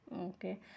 Okay